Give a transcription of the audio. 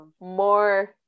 more